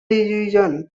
revision